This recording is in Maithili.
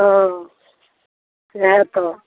हँ सएह तऽ